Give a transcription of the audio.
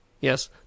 Yes